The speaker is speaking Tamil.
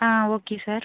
ah okay sir